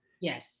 Yes